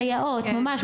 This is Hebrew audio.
סייעות ממש,